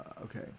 Okay